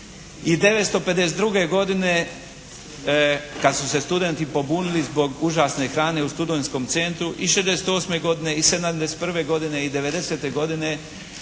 i 952. godine kada su se studenti pobunili zbog užasne hrane u studentskom centru i 68. godine i 71. godine i 90. godine,